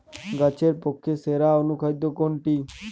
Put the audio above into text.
গাছের পক্ষে সেরা অনুখাদ্য কোনটি?